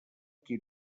qui